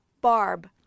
Barb